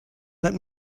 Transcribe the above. let